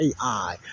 AI